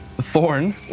Thorn